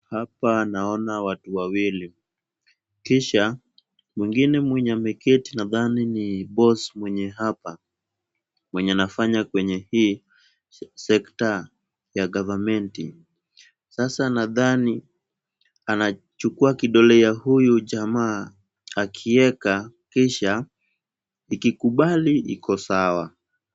Hapa naona watu wawili kisha mwingine mwenye ameketi nadhani ni boss mwenye hapa, mwenye anafanya kwenye hii sekta ya gavamenti . Sasa nadhani anachukua kidole ya huyu jamaa akiweka kisha ikikubali iko sawa.